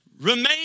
Remain